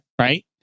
right